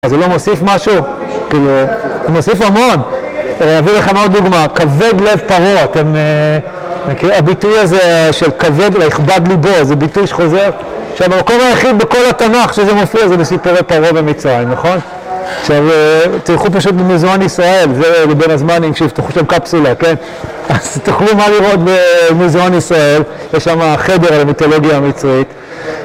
אז זה לא מוסיף משהו? כאילו, זה מוסיף המון. אני אביא לכם עוד דוגמא, כבד לב פרעה, אתם מכירים הביטוי הזה של כבד לב, יכבד ליבו, זה ביטוי שחוזר. עכשיו, המקום היחיד בכל התנ״ך שזה מופיע זה בסיפורי פרעה במצרים, נכון? עכשיו, תלכו פשוט במוזיאון ישראל, זה בבין הזמנים, שיפתחו שם קפסולה, כן? אז תוכלו מה לראות במוזיאון ישראל, יש שם חדר על המיתולוגיה המצרית.